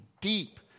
deep